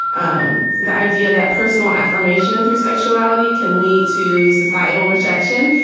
um the idea that personal affirmation through sexuality can lead to societal rejection.